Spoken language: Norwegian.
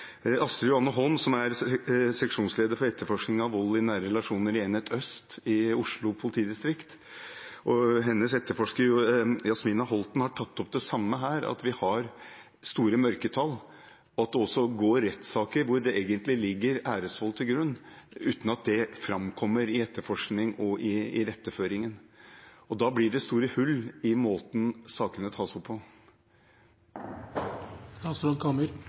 av disse voldssakene som angår ære. Der har man fått mye mer tall på det enn det vi har i Norge. Astrid Anne Holm, seksjonsleder for etterforskning av vold i nære relasjoner i Enhet øst i Oslo politidistrikt, og hennes etterforsker Jasmina Holten har tatt opp det samme her, at vi har store mørketall, og at det går rettssaker der æresvold egentlig ligger til grunn, uten at det framkommer i etterforskningen og i rettsføringen. Da blir det store hull i måten saken tas opp